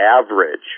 average